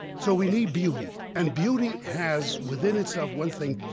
so we need beauty. and beauty has within itself one thing,